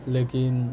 लेकिन